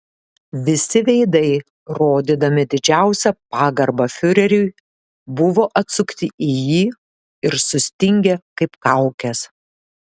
visi veidai rodydami didžiausią pagarbą fiureriui buvo atsukti į jį ir sustingę kaip kaukės